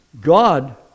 God